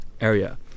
area